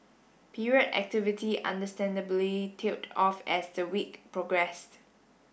period activity understandably tailed off as the week progressed